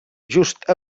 just